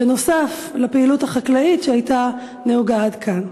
וזאת נוסף על הפעילות החקלאית שהייתה נהוגה עד כה.